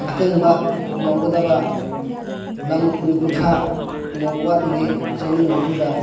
ꯑꯀꯪꯕ ꯌꯧꯒꯗꯕ ꯂꯝ ꯀꯨꯟ ꯀꯨꯟꯊ꯭ꯔꯥꯃꯨꯛ ꯋꯥꯠꯂꯤꯉꯩ ꯆꯩꯅꯨꯡ ꯑꯗꯨꯗ